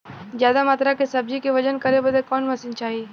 ज्यादा मात्रा के सब्जी के वजन करे बदे कवन मशीन चाही?